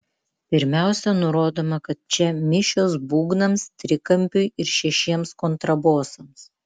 pirmiausia nurodoma kad čia mišios būgnams trikampiui ir šešiems kontrabosams